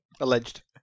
alleged